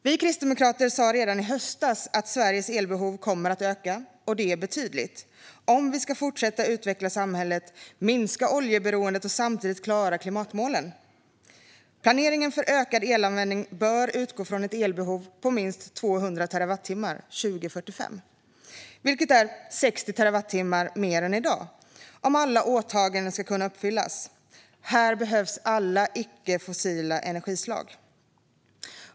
Vi kristdemokrater sa redan i höstas att Sveriges elbehov kommer att öka, och det betydligt, om vi ska fortsätta utveckla samhället, minska oljeberoendet och samtidigt klara klimatmålen. Planeringen för ökad elanvändning bör utgå från ett elbehov på minst 200 terawattimmar 2045, vilket är 60 terawattimmar mer än i dag, om alla åtaganden ska kunna uppfyllas. Här behövs alla icke-fossila energislag.